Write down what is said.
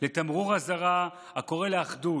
לתמרור אזהרה הקורא לאחדות,